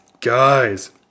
guys